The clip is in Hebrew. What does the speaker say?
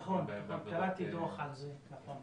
נכון, קראתי דוח על זה.